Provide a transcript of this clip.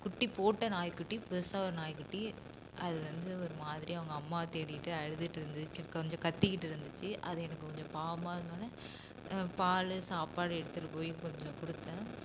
குட்டி போட்ட நாய்க்குட்டி பெரிசா ஒரு நாய்க்குட்டி அது வந்து ஒரு மாதிரியாக அவங்க அம்மாவை தேடிகிட்டு அழுதுகிட்டு இருந்துச்சு கொஞ்சம் கத்திக்கிட்டு இருந்துச்சு அது எனக்கு கொஞ்சம் பாவமாக இருந்தோடனே பால் சாப்பாடு எடுத்துகிட்டு போயும் கொஞ்சம் கொடுத்தேன்